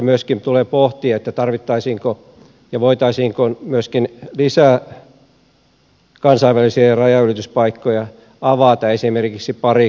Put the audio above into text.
myöskin tulee pohtia voitaisiinko myöskin lisää kansainvälisiä rajanylityspaikkoja avata esimerkiksi parikkalassa